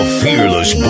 fearless